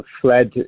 fled